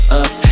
up